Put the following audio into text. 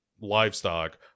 livestock